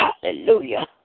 Hallelujah